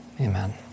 amen